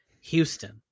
houston